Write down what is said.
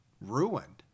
ruined